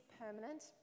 permanent